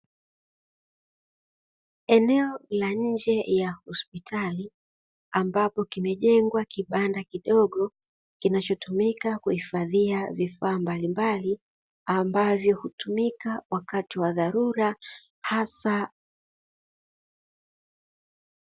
Eneo la nje ya hospitali, ambapo kimejengwa kibanda kidogo kinachotumika kuhifadhia vifaa mbalimbali ambavyo hutumika wakati wa dharura hasa.